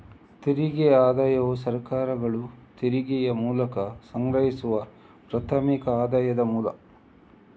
ತೆರಿಗೆ ಆದಾಯವು ಸರ್ಕಾರಗಳು ತೆರಿಗೆಯ ಮೂಲಕ ಸಂಗ್ರಹಿಸುವ ಪ್ರಾಥಮಿಕ ಆದಾಯದ ಮೂಲ